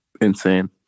Insane